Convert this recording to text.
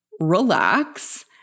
relax